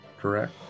correct